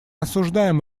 осуждаем